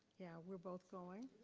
yeah, we're both going,